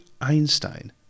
Einstein